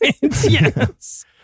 Yes